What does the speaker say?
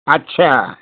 अच्छा